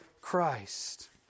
Christ